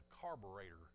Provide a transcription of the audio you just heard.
carburetor